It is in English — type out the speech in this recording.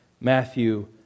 Matthew